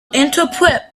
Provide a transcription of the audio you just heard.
interpret